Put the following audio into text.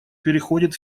переходит